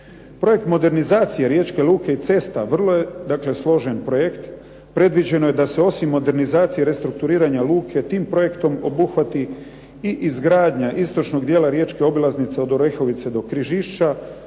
Projekt modernizacije riječke luke i cesta vrlo je složen projekt. Predviđeno je da se osim modernizacije i restrukturiranja luke tim projektom obuhvati i izgradnja istočnog dijela riječke obilaznice od Orehovice do Križišća,